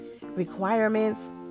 requirements